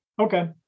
Okay